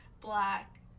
black